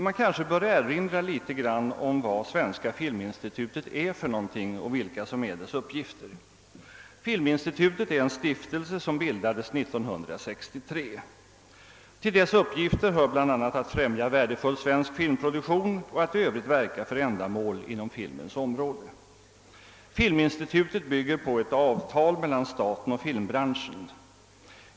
Man kanske något bör erinra om vad Svenska filminstitutet är för någonting och vilka uppgifter det har. Filminstitutet är en stiftelse som bildades 1963, och till dess uppgifter hör bla. att främja värdefull filmproduktion och att i övrigt verka för ändamål på filmens område. Filminstitutet bygger på ett avtal mellan staten och filmbranschen.